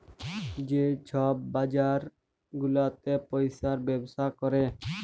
যে ছব বাজার গুলাতে পইসার ব্যবসা ক্যরে